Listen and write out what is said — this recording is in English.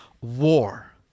war